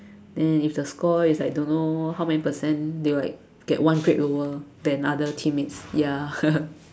then if the score is like don't know how many percent they will like get one grade lower than other teammates ya